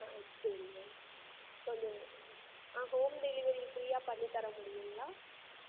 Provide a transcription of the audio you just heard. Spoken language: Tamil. ஆ சரிங்க மேம் கொஞ்சம் ஆ ஹோம் டெலிவரி ஃப்ரீயாக பண்ணி தர முடியுங்களா